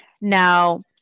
now